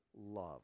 love